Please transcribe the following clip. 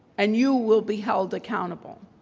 and you will be held accountable.